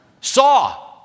Saw